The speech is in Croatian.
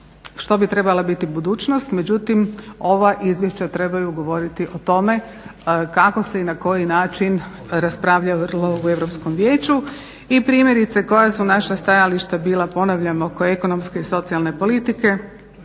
što bi trebala biti budućnost, međutim ova izvješća trebaju govoriti o tome kako se i na koji način raspravljalo u Europskom vijeću i primjerice koja su naša stajališta bila ponavljam, oko ekonomske i socijalne politike,